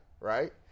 right